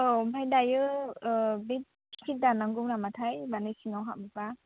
औ ओमफ्राय दायो बे टिकेट दाननांगौ नामाथाय माने सिङाव हाबोबा